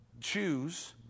Choose